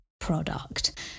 product